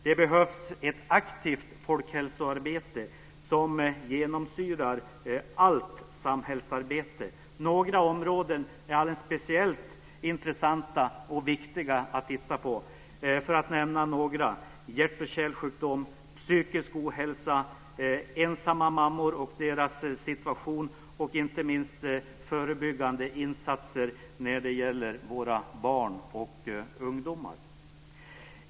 Det behövs ett aktivt folkhälsoarbete som genomsyrar allt samhällsarbete. Några områden är speciellt intressanta och viktiga att titta på. För att nämna några: hjärt och kärlsjukdomar, psykisk ohälsa, ensamma mammor och deras situation och inte minst förebyggande insatser när det gäller våra barn och ungdomar.